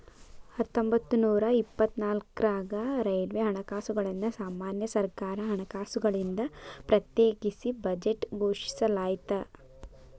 ಹತ್ತೊಂಬತ್ತನೂರ ಇಪ್ಪತ್ನಾಕ್ರಾಗ ರೈಲ್ವೆ ಹಣಕಾಸುಗಳನ್ನ ಸಾಮಾನ್ಯ ಸರ್ಕಾರ ಹಣಕಾಸುಗಳಿಂದ ಪ್ರತ್ಯೇಕಿಸಿ ಬಜೆಟ್ ಘೋಷಿಸಲಾಯ್ತ